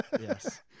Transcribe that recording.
yes